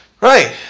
Right